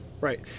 Right